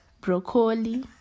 broccoli